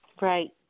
Right